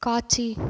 காட்சி